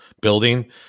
building